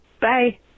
bye